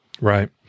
Right